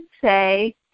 say